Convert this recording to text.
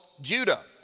Judah